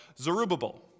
Zerubbabel